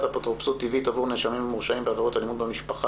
האפוטרופסות הטבעית עבור נאשמים ומורשעים בעבירות אלימות במשפחה),